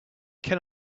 can